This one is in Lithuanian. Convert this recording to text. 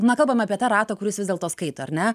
na kalbam apie tą ratą kuris vis dėlto skaito ar ne